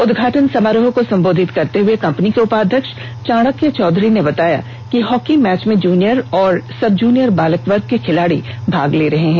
उदघाटन समारोह को संबोधित करते हुये कंपनी के उपाध्यक्ष चाणक्य चौधरी ने बताया कि हॉर्को मैच में जूनियर एवं सब जूनियर बालक वर्ग के खिलाड़ी भाग ले रहे हैं